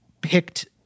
picked